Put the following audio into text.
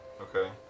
Okay